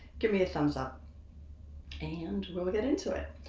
give me a thumbs up and we'll get into it.